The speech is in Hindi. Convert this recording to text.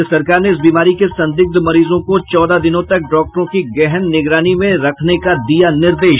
राज्य सरकार ने इस बीमारी के संदिग्ध मरीजों को चौदह दिनों तक डॉक्टरों की गहन निगरानी में रखने का दिया निर्देश